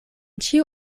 ĉiu